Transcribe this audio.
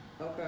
Okay